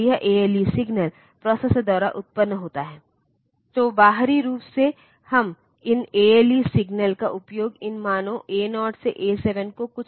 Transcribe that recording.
फिर data bus द्वि दिशात्मक है क्योंकि आपको माइक्रोप्रोसेसर से मान को किसी मेमोरी स्थान या IO डिवाइस में स्थानांतरित करना पड़ सकता है या आपको मेमोरी लोकेशन या IO डिवाइस से प्रोसेसर तक मान प्राप्त करना पड़ सकता है